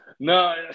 No